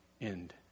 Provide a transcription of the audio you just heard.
end